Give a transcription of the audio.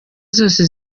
zose